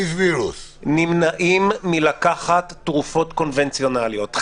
נמנעים מלקחת תרופות קונבנציונליות.